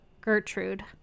Gertrude